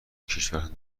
وکشورتان